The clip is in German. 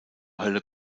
hölle